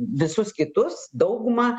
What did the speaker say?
visus kitus daugumą